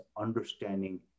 understanding